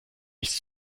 nichts